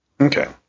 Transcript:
Okay